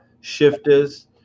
shifters